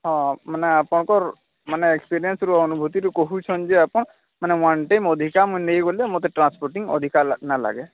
ହଁ ମାନେ ଆପଣଙ୍କର ମାନେ ଏକ୍ସପ୍ରିଏନ୍ସରୁ ଅନୁଭୂତିରୁ କହୁଛନ୍ତି ଯେ ଆପଣ ମାନେ ୱାନ୍ ଟାଇମ୍ ଅଧିକା ମୁଁ ନେଇ ଗଲେ ମୋତେ ଟ୍ରାନ୍ସପୋର୍ଟିଂ ଅଧିକା ନା ଲାଗେ